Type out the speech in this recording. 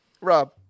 Rob